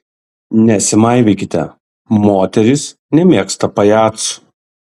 nesimaivykite moterys nemėgsta pajacų